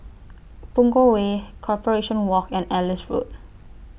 Punggol Way Corporation Walk and Ellis Road